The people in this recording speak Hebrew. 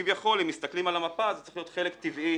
שכביכול אם מסתכלים על המפה זה צריך להיות חלק טבעי